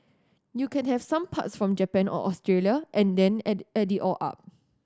you can have some parts from Japan or Australia and then add it add it all up